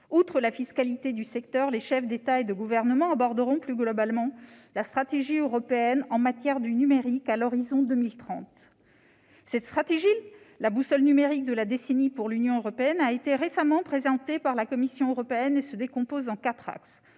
Outre la fiscalité du secteur, les chefs d'État et de gouvernement aborderont plus globalement la stratégie européenne en matière de numérique à l'horizon 2030. Cette stratégie, la boussole numérique de la décennie pour l'Union européenne, a été récemment présentée par la Commission et se décompose en quatre axes